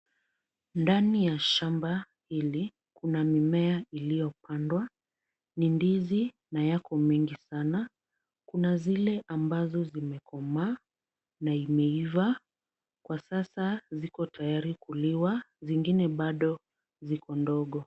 Ndani ya shamba hili, kuna mimea iliyopandwa. Ni ndizi na yako mengi sana. Kuna zile ambazo zimekomaa na imeiva. Kwa sasa ziko tayari kuliwa, zingine bado viko ndogo.